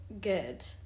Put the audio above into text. good